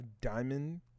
diamond